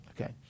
okay